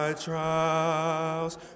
Trials